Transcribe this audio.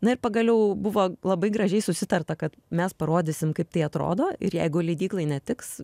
na ir pagaliau buvo labai gražiai susitarta kad mes parodysim kaip tai atrodo ir jeigu leidyklai netiks